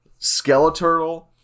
Skeleturtle